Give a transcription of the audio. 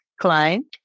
client